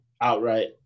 outright